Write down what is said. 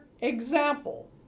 example